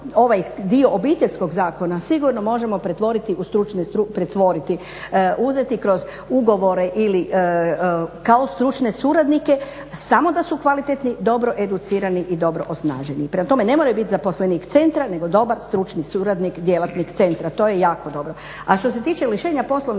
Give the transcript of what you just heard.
ovaj dio Obiteljskog zakona sigurno možemo pretvoriti u stručne … /Govornica se ne razumije./… uzeti kroz ugovore ili kao stručne suradnike samo da su kvalitetni, dobro educirani i dobro osnaženi. Prema tome, ne mora biti zaposlenik centra nego dobar stručni suradnik djelatnik centra. To je jako dobro. A što se tiče roditelja koji će